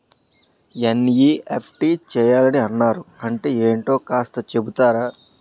NEFT చేయాలని అన్నారు అంటే ఏంటో కాస్త చెపుతారా?